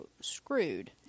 screwed